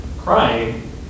crying